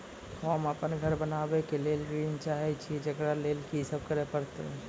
होम अपन घर बनाबै के लेल ऋण चाहे छिये, जेकरा लेल कि सब करें परतै?